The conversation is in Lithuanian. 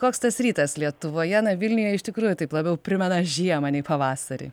koks tas rytas lietuvoje na vilniuje iš tikrųjų taip labiau primena žiemą nei pavasarį